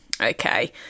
okay